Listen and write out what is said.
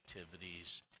activities